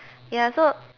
ya so